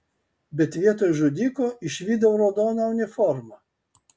bet vietoj žudiko išvydau raudoną uniformą